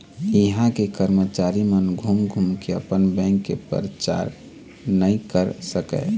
इहां के करमचारी मन घूम घूम के अपन बेंक के परचार नइ कर सकय